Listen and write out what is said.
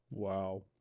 Wow